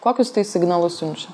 kokius signalus siunčia